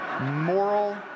moral